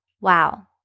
Wow